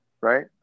Right